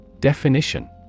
Definition